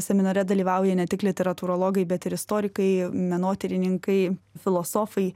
seminare dalyvauja ne tik literatūrologai bet ir istorikai menotyrininkai filosofai